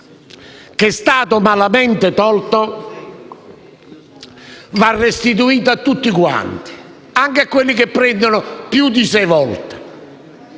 che è stato malamente tolto, va restituito a tutti quanti, anche a quelli che prendono più di sei volte.